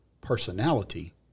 personality